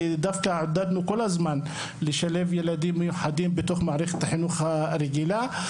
ועודדנו כל הזמן לשלב ילדים מיוחדים בתוך מערכת החינוך הרגילה,